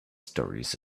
stories